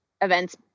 events